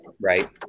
Right